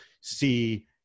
see